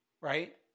Right